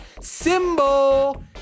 Symbol